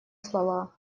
слова